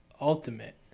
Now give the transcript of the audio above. Ultimate